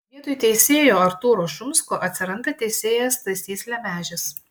vietoj teisėjo artūro šumsko atsiranda teisėjas stasys lemežis